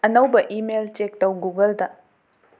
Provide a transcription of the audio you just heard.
ꯑꯅꯧꯕ ꯏꯃꯦꯜ ꯆꯦꯛ ꯇꯧ ꯒꯨꯒꯜꯗ